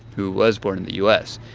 who was born in the u s.